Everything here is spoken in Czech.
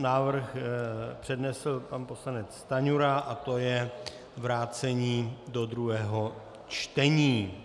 Návrh přednesl pan poslanec Stanjura, a to je vrácení do druhého čtení.